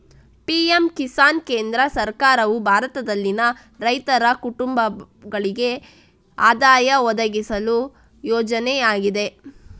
PM Kisan ಕೇಂದ್ರ ಸರ್ಕಾರವು ಭಾರತದಲ್ಲಿನ ರೈತರ ಕುಟುಂಬಗಳಿಗೆ ಆದಾಯ ಒದಗಿಸುವ ಯೋಜನೆಯಾಗಿದೆ